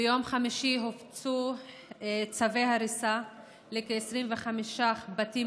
ביום חמישי הופצו צווי הריסה לכ-25 בתים